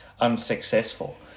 unsuccessful